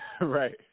Right